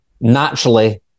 naturally